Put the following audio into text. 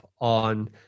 on